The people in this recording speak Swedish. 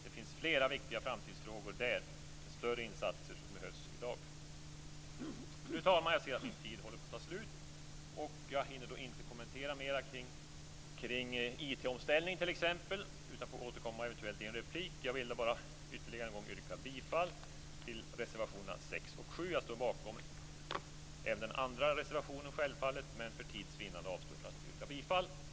Det finns flera viktiga framtidsfrågor än att det i dag behövs större insatser. Fru talman! Jag ser att min talartid håller på att ta slut. Jag hinner därför inte kommentera mera kring t.ex. IT-omställning, utan jag får återkomma till det i en replik. Jag vill ytterligare en gång yrka bifall till reservationerna nr 6 och 7. Jag står självfallet bakom även andra reservationer, men för tids vinnande avstår jag från att yrka bifall till dem.